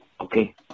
Okay